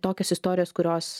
tokios istorijos kurios